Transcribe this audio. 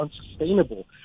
unsustainable